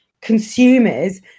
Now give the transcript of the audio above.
consumers